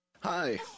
Hi